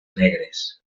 negres